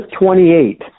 28